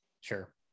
sure